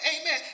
Amen